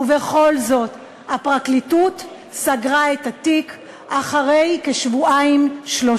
ובכל זאת הפרקליטות סגרה את התיק אחרי שבועיים-שלושה.